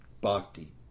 bhakti